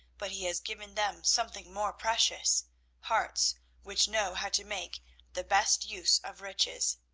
but he has given them something more precious hearts which know how to make the best use of riches.